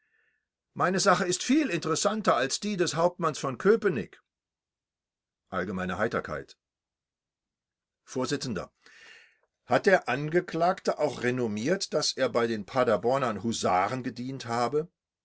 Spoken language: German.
meine sache ist viel interessanter als die des hauptmanns von köpenick allgemeine heiterkeit vors hat der angeklagte auch renommiert daß er bei den paderborner husaren gedient habe